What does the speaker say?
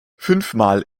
fünfmal